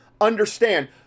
understand